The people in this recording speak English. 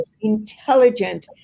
intelligent